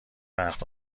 وقت